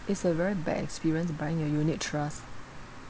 it's a very bad experience buying a unit trust